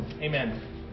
Amen